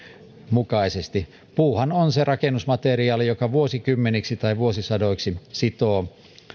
mukaisesti puuhan on se rakennusmateriaali joka vuosikymmeniksi tai vuosisadoiksi sitoo